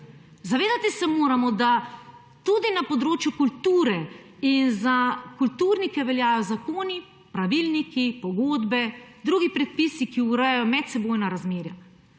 Zavedati se moramo, da tudi na področju kulture in za kulturnike veljajo zakoni, pravilniki, pogodbe, drugi predpisi, ki urejajo medsebojna razmerja.